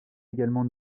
également